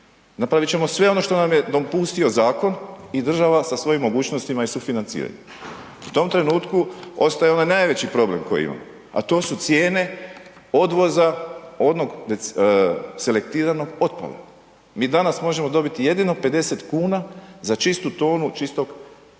Napravit ćemo sve ono što nam je dopustio zakon i država sa svojim mogućnostima i sufinanciranjem. U tom trenutku ostaje onaj najveći problem koji imamo a to su cijene odvoza onog selektiranog otpada. Mi danas možemo dobiti jedino 50 kn za čistu tonu čistog kartona